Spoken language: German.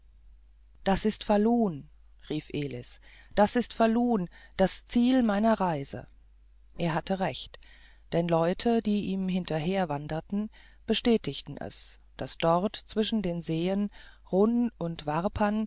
das ist falun rief elis das ist falun das ziel meiner reise er hatte recht denn leute die ihm hinterher wanderten bestätigten es daß dort zwischen den seen runn und